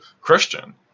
Christian